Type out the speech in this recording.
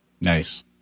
Nice